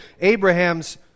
Abraham's